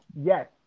Yes